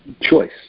choice